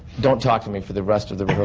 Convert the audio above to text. don't talk to me for the rest of the